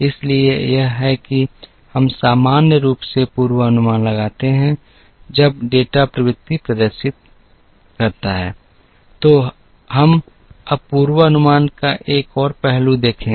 इसलिए यह है कि हम सामान्य रूप से पूर्वानुमान लगाते हैं जब डेटा प्रवृत्ति प्रदर्शित करता है तो हम अब पूर्वानुमान का एक और पहलू देखेंगे